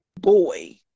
boy